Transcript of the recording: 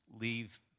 leave